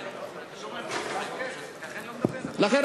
לכן,